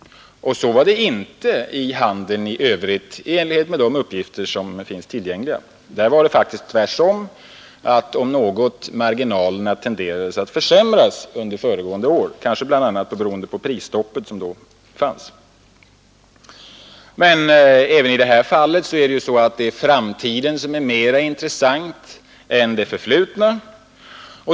Så var det inte med handeln i övrigt, enligt de uppgifter som finns tillgängliga. Det var faktiskt tvärtom: marginalerna tenderade i stället att försämras något under föregående år, kanske bl.a. beroende på det prisstopp som vi då hade. Men även i det här fallet är det framtiden som är mera intressant än det förflutna.